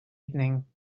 evening